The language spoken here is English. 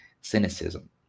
cynicism